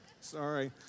Sorry